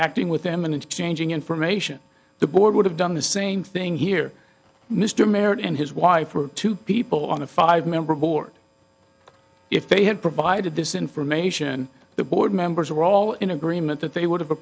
with them and changing information the board would have done the same thing here mr merritt and his wife or two people on a five member board if they had provided this information the board members are all in agreement that they would